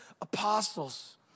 apostles